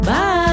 Bye